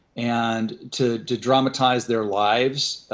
and to dramatize their lives.